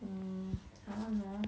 mm I don't know